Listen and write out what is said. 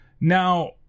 Now